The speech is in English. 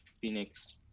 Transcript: Phoenix